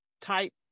type